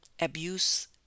abuse